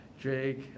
Drake